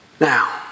Now